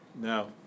No